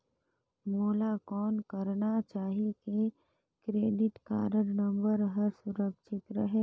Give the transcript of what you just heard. मोला कौन करना चाही की क्रेडिट कारड नम्बर हर सुरक्षित रहे?